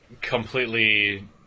completely